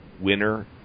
winner